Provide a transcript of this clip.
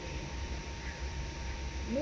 no